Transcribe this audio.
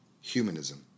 humanism